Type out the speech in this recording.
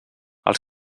els